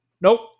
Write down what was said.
Nope